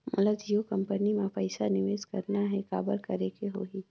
मोला जियो कंपनी मां पइसा निवेश करना हे, काबर करेके होही?